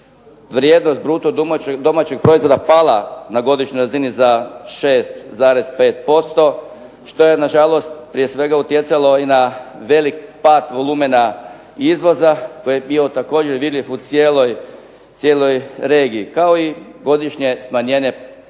vrijednost BDP-a pala na godišnjoj razini za 6,5% što je nažalost, prije svega utjecalo i na velik pad volumena izvoza koji je bio također vidljiv u cijeloj regiji. Kao i godišnje smanjenje potrošnje